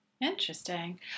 Interesting